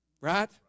right